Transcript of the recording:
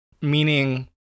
meaning